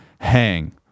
hang